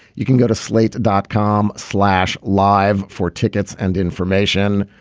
you can go to slate dot com slash live for tickets and information.